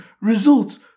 results